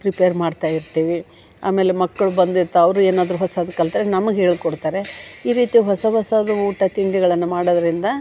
prepare ಮಾಡ್ತಾಯಿರ್ತೀವಿ ಆಮೇಲೆ ಮಕ್ಕಳು ಬಂದಿರ್ತವೆ ಅವರು ಏನಾದ್ರೂ ಹೊಸದು ಕಲ್ತರೆ ನಮಗೆ ಹೇಳಿಕೊಡ್ತಾರೆ ಈ ರೀತಿ ಹೊಸ ಹೊಸದು ಊಟ ತಿಂಡಿಗಳನ್ನು ಮಾಡೋದರಿಂದ